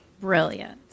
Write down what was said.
Brilliant